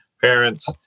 parents